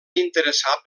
interessar